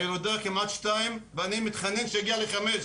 הילודה היא כמעט פי שתיים ואני מתחנן שהיא תגיע לחמש,